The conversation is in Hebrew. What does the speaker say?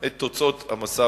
את תוצאות המשא-ומתן.